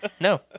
No